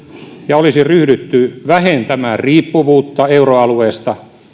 ja olisi ryhdytty vähentämään riippuvuutta euroalueesta